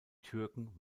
türken